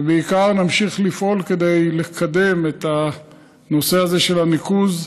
ובעיקר נמשיך לפעול כדי לקדם את הנושא הזה של הניקוז,